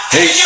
Hey